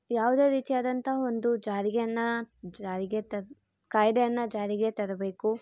ಯಾವುದೇ ರೀತಿಯಾದಂಥ ಒಂದು ಜಾರಿಗೆಯನ್ನು ಜಾರಿಗೆ ತರ ಕಾಯ್ದೆಯನ್ನು ಜಾರಿಗೆ ತರಬೇಕು